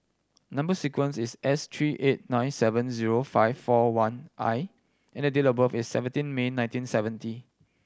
number sequence is S three eight nine seven zero five four one I and the date of birth is seventeen May nineteen seventy